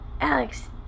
Alex